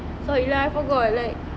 sorry lah I forgot like